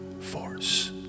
force